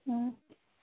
ꯎꯝ